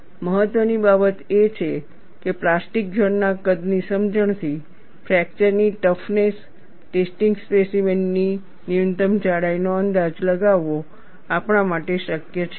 અને મહત્ત્વની બાબત એ છે કે પ્લાસ્ટિક ઝોન ના કદની સમજણથી ફ્રેક્ચરની ટફનેસ ટેસ્ટિંગ સ્પેસીમેન ની ન્યૂનતમ જાડાઈ નો અંદાજ લગાવવો પણ આપણા માટે શક્ય છે